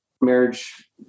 marriage